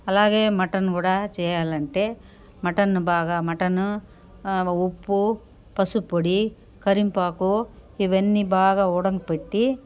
అలాగే మటన్ కూడా చేయాలంటే మటన్ను బాగా మటను ఉ ఉప్పు పసుప్పొడి కరింపాకు ఇవన్నీ బాగా ఉడకపెట్టి